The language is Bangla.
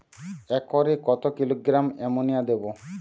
একরে কত কিলোগ্রাম এমোনিয়া দেবো?